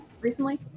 Recently